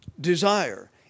desire